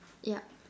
yup